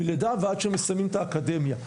מלידה ועד שמסיימים את האקדמיה.